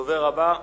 הדובר הבא,